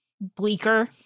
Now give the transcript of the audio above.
bleaker